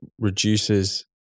reduces